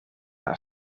haar